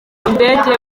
indege